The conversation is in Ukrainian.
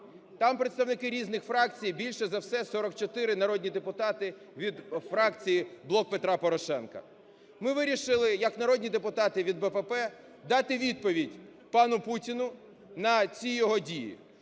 Там представники різних фракцій, більше за все , 44 народні депутати, від фракції "Блок Петра Порошенка". Ми вирішили як народні депутати від "БПП" дати відповідь пану Путіну на ці його дії.